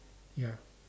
ya